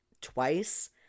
twice